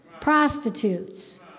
prostitutes